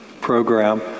program